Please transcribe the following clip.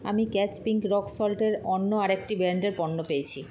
আমি Catch pink rock salt এর অন্য আরেকটি ব্র্যান্ডের পণ্য পেয়েছি